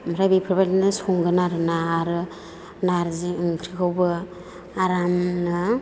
ओमफ्राय बेफोरबायदिनो संगोन आरोना आरो नार्जि ओंख्रिखौबो आरामनो